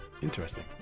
Interesting